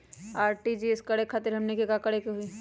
RTGS करे खातीर हमनी के का करे के हो ई?